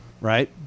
right